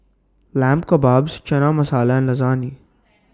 Lamb Kebabs Chana Masala and Lasagne